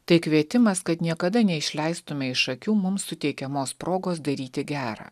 tai kvietimas kad niekada neišleistume iš akių mums suteikiamos progos daryti gera